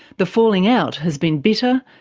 the falling out has been bitter,